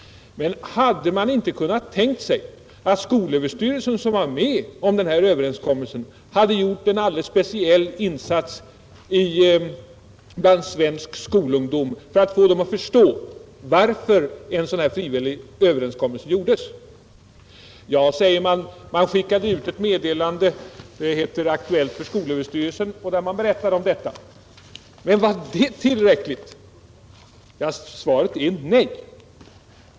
Hade man inte kunnat tänka sig att skolöverstyrelsen, som gick med på denna överenskommelse, hade kunnat göra en alldeles speciell insats bland svensk skolungdom för att få den att förstå varför en sådan frivillig överenskommelse träffades? Man kan svara att det skickades ut ett meddelande i Aktuellt från skolöverstyrelsen där det berättades om dessa saker. Men var det tillräckligt? Svaret är nej.